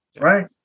right